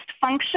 function